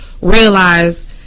realize